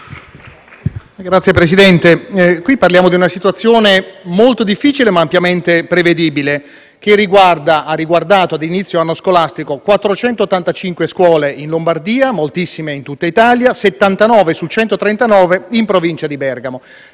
Signor Presidente, parliamo di una situazione molto difficile, ma ampiamente prevedibile, che ha riguardato, ad inizio anno scolastico, 485 scuole in Lombardia, moltissime in tutta Italia, e 79 su 139 in Provincia di Bergamo.